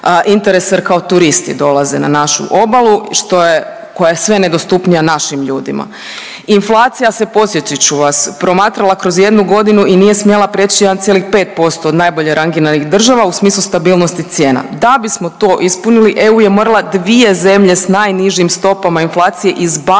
interesa jer kao turisti dolaze na našu obalu koja je sve nedostupnija našim ljudima. Inflacija se podsjetit ću vas, promatrala kroz jednu godinu i nije smjela prijeći 1,5% od najbolje rangiranih država u smislu stabilnosti cijena da bismo to ispunili EU je morala dvije zemlje s najnižim stopama inflacije izbaciti